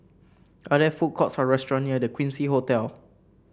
are there food courts or restaurant near The Quincy Hotel